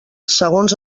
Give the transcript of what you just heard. segons